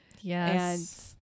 Yes